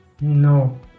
No